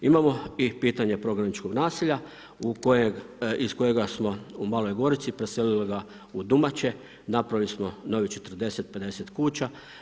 Imamo i pitanje prognaničkog naselja iz kojega smo u Maloj Gorici preselili ga u Dumače, napravili smo novih 40, 50 kuća.